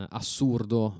assurdo